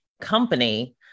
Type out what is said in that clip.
company